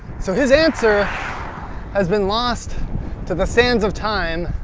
so his answer has been lost to the sands of time.